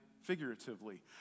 Figuratively